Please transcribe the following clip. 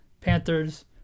Panthers